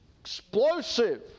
explosive